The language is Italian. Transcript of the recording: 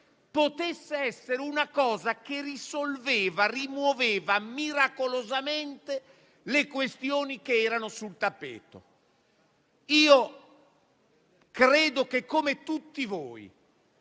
potesse essere una cosa che risolveva e rimuoveva miracolosamente le questioni sul tappeto. Credo, come tutti voi,